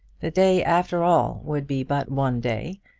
the day, after all, would be but one day,